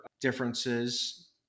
differences